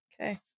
Okay